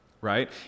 Right